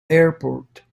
airport